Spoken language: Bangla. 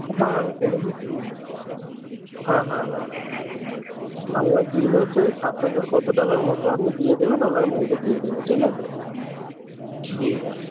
হ্যাঁ আমি বলে দিচ্ছি হ্যাঁ হ্যাঁ হ্যাঁ আপনার বিল হচ্ছে ওই সাত হাজার কত টাকার মতো আপনি দিয়ে দেবেন মালটা দিয়ে দেবে ঠিক আছে ঠিক আছে